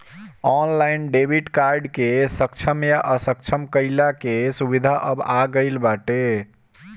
online debit card के सक्षम या असक्षम कईला के सुविधा अब आ गईल बाटे